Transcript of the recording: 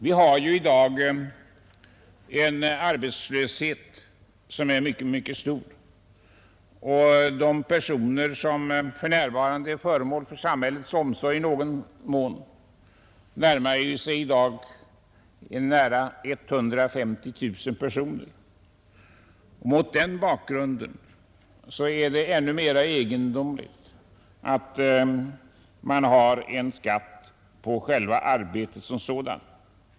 Det finns ju i dag en mycket stor arbetslöshet, och de personer som för närvarande på något sätt är föremål för samhällets omsorg närmar sig 150 000. Mot den bakgrunden är det ännu mera egendomligt att man har en skatt på arbetet som sådant.